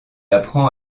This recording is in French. apprend